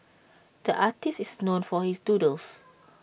the artist is known for his doodles